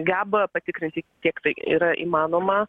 geba patikrinti kiek tai yra įmanoma